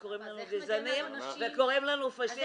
וקוראים לנו גזענים וקוראים לנו פשיסטיים.